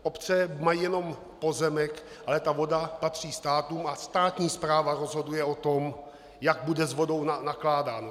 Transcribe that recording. Obce mají jen pozemek, ale voda patří státu a státní správa rozhoduje o tom, jak bude s vodou nakládáno.